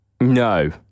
No